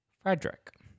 Frederick